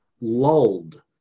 lulled